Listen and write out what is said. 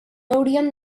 hauríem